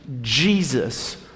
Jesus